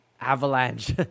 avalanche